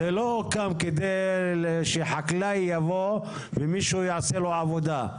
זה לא קם כדי שחקלאי יבוא ומישהו יעשה לו עבודה.